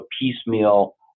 piecemeal